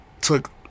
took